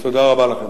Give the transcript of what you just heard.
תודה רבה לכם.